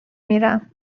میرم